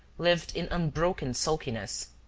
lived in unbroken sulkiness.